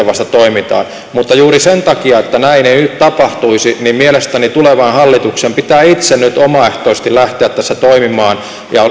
vasta toimitaan mutta juuri sen takia että näin ei nyt tapahtuisi mielestäni tulevan hallituksen pitää itse nyt omaehtoisesti lähteä tässä toimimaan